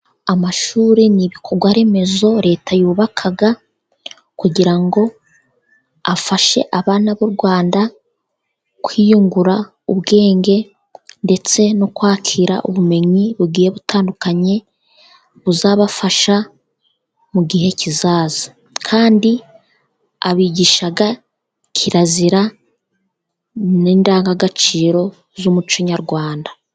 Amashuri ni ibikorwaremezo leta yubaka kugira ngo afashe abana b' u Rwanda, kwiyungura ubwenge ndetse no kwakira ubumenyi bugiye butandukanye, buzabafasha mu gihe kizaza kandi abigisha kirazira n' indangagaciro z' umuco nyarwanda.